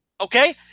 Okay